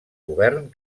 govern